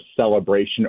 celebration